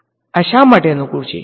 આ શા માટે અનુકૂળ છે